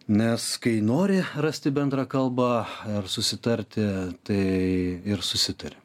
nes kai nori rasti bendrą kalbą ar susitarti tai ir susitari